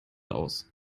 aus